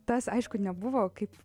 tas aišku nebuvo kaip